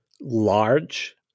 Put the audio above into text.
large